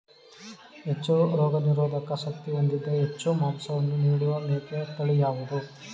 ಹೆಚ್ಚು ರೋಗನಿರೋಧಕ ಶಕ್ತಿ ಹೊಂದಿದ್ದು ಹೆಚ್ಚು ಮಾಂಸವನ್ನು ನೀಡುವ ಮೇಕೆಯ ತಳಿ ಯಾವುದು?